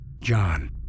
John